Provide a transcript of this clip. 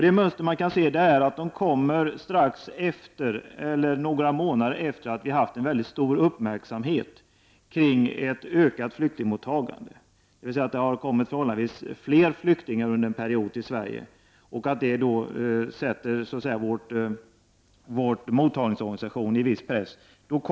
Det mönster man kan se där är att sådana aktioner kommer några månader efter det att vi har haft en stor uppmärksamhet kring ett ökat flyktingmottagande, dvs. när det har kommit förhållandevis många flyktingar under en period till Sverige och detta har satt en viss press på vår flyktingmottagningsorganisation.